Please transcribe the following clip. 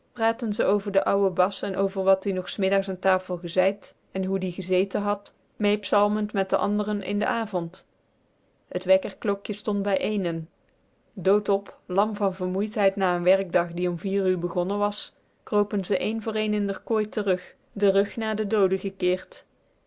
praatten ze over den ouwen bas en over wat-ie nog s middags an tafel gezeid en hoe die gezeten had mee psalmend met de anderen in den avond het wekkerklokje stond bij eenen dood op lam van vermoeidheid na n werkdag die om vier uur begonnen was kropen ze een voor een in d'r kooi terug den rug naar den doode gekeerd